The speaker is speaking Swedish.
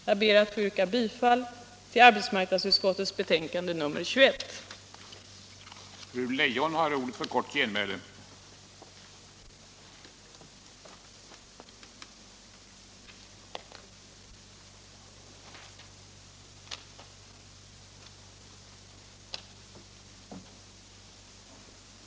Jag ber att få yrka bifall till arbetsmarknadsutskottets hemställan i betänkande nr 21. politiken politiken